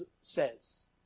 says